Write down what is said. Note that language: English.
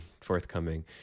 forthcoming